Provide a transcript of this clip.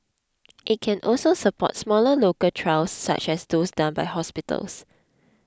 it can also support smaller local trials such as those done by hospitals